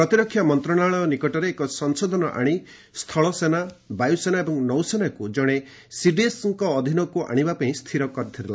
ପ୍ରତିରକ୍ଷା ମନ୍ତ୍ରଣାଳୟ ନିକଟରେ ଏକ ସଂଶୋଧନ ଆଣି ସ୍ଥଳ ସେନା ବାୟୁ ସେନା ଏବଂ ନୌସେନାକୁ ଜଣେ ସିଡିଏସ୍ଙ୍କ ଅଧୀନକୁ ଆଣିବା ପାଇଁ ସ୍ଥିର କରିଥିଲା